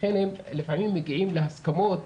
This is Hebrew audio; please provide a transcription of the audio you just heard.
לכן הם לפעמים מגיעים להסכמות,